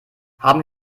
haben